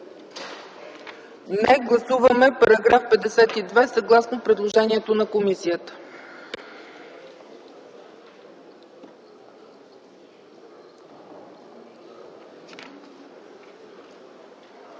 Не. Гласуваме § 52 съгласно предложението на комисията.